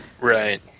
Right